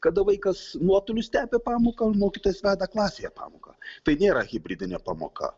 kada vaikas nuotoliu stebi pamoką o mokytojas veda klasėje pamoką tai nėra hibridinė pamoka